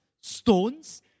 stones